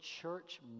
Church